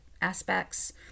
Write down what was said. aspects